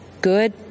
good